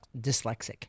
dyslexic